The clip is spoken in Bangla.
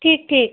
ঠিক ঠিক